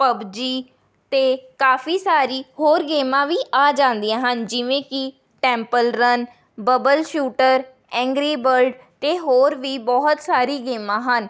PUBG ਅਤੇ ਕਾਫੀ ਸਾਰੀ ਹੋਰ ਗੇਮਾਂ ਵੀ ਆ ਜਾਂਦੀਆਂ ਹਨ ਜਿਵੇਂ ਕਿ temple run bubble shooter angry bird ਅਤੇ ਹੋਰ ਵੀ ਬਹੁਤ ਸਾਰੀ ਗੇਮਾਂ ਹਨ